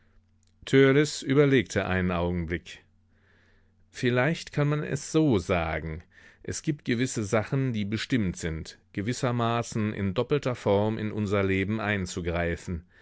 überlegte einen augenblick vielleicht kann man es so sagen es gibt gewisse sachen die bestimmt sind gewissermaßen in doppelter form in unser leben einzugreifen